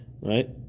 right